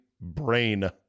brain